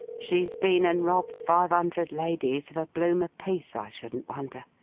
she's been and robbed five hundred ladies of a bloom a-piece, i shouldn't wonder.